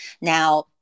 now